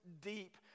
deep